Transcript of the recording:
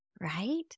Right